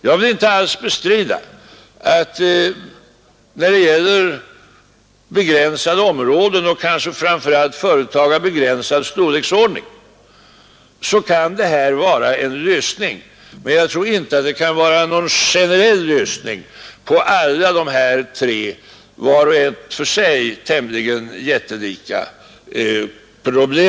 Jag vill inte alls bestrida att detta kan vara en lösning när det gäller begränsade områden och kanske framför allt företag av begränsad storlek, men jag tror inte att det kan vara någon generell lösning på alla dessa tre, vart och ett för sig tämligen jättelika problem.